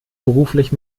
beruflich